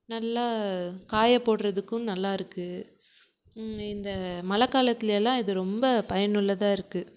நல்லா காய போடுறதுக்கும் நல்லா இருக்குது இந்த மழைக் காலத்தில் எல்லாம் இது ரொம்ப பயனுள்ளதாக இருக்குது